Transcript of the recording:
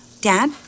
Dad